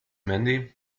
mandy